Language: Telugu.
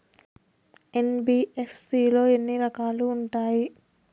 ఎన్.బి.ఎఫ్.సి లో ఎన్ని రకాలు ఉంటాయి?